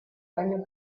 premio